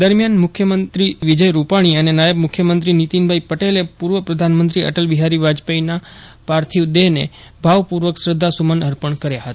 દરમ્યાન મુખ્યમંત્રી વિજય રુપાષ્ટી અને નાયબ મુખ્યમંત્રી નીતિનભાઈ પટેલે પૂર્વ પ્રધાનમંત્રી અટલ બિહારી વાજયેપીજીના પાર્થિવ દેહને ભાવપૂર્વક શ્રદ્ધા સુયન અર્પણ કર્યા હતા